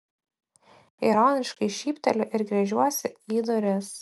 ironiškai šypteliu ir gręžiuosi į duris